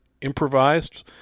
improvised